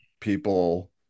people